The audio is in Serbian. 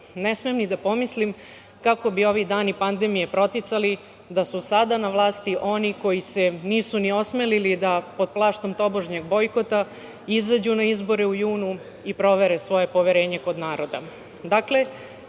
Ne smem ni da pomislim kako bi ovi dani pandemije proticali da su sada na vlasti oni koji se nisu ni osmelili da pod plaštom tobožnjeg bojkota izađu na izbore u junu i provere svoje poverenje kod naroda. Dakle,